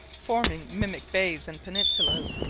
forming mimic bays and peninsulas.